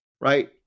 right